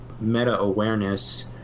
meta-awareness